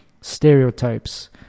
stereotypes